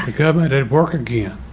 government at work again.